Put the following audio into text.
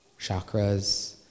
chakras